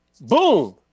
boom